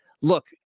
look